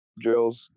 drills